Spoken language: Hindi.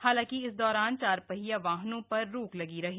हालांकि इस दौरान चारपहिया वाहनों पर रोक लगी रही